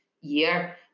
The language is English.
year